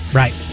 right